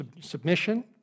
submission